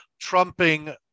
trumping